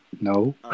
No